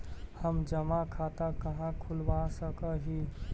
हम जमा खाता कहाँ खुलवा सक ही?